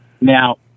Now